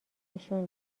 نشون